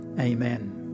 amen